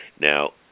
Now